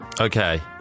Okay